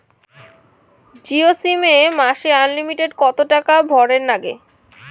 Jio SIM এ মাসে unlimited কত টাকা ভরের নাগে?